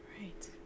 Right